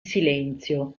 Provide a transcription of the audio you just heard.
silenzio